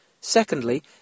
Secondly